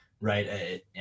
right